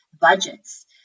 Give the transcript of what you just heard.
budgets